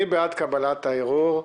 מי בעד קבלת הערעור?